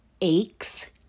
aches